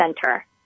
center